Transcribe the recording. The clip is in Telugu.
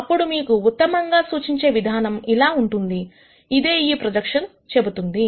అప్పుడు మీకు ఉత్తమంగా సూచించే విధానం ఇలా ఉంటుంది అదే ఈ ప్రొజెక్షన్ చెబుతుంది